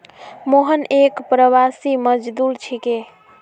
मोहन एक प्रवासी मजदूर छिके